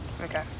Okay